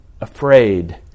afraid